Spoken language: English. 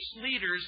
leaders